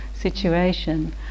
situation